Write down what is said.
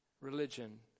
religion